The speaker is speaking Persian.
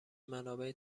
منابع